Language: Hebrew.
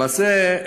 למעשה,